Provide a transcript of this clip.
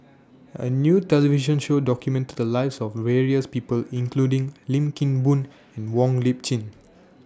A New television Show documented The Lives of various People including Lim Kim Boon and Wong Lip Chin